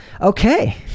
okay